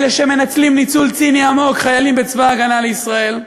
אלה שמנצלים ניצול ציני עמוק חיילים בצבא ההגנה לישראל,